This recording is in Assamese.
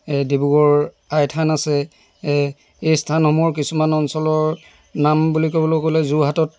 এই ডিব্ৰুগড় আইথান আছে এই স্থানসমূহৰ কিছুমান অঞ্চলৰ নাম বুলি ক'বলৈ গ'লে যোৰহাটত